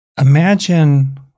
Imagine